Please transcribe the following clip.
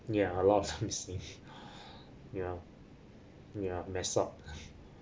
yeah a lot of yeah yeah messed up